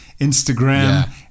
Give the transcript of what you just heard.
Instagram